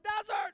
desert